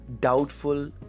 doubtful